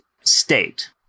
state